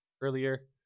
earlier